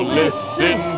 listen